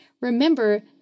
remember